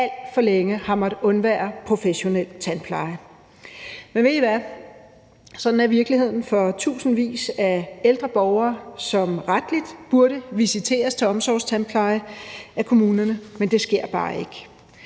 alt for længe har måttet undvære professionel tandpleje. Men ved I hvad? Sådan er virkeligheden for tusindvis af ældre borgere, som rettelig burde visiteres til omsorgstandpleje af kommunerne – men det sker bare ikke.